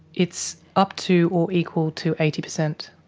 it's up to or equal to eighty percent.